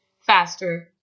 faster